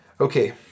Okay